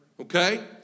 Okay